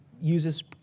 uses